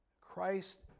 Christ